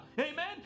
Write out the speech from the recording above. amen